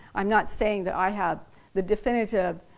i'm not saying that i have the definitive